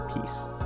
Peace